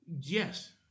Yes